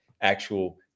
actual